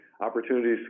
opportunities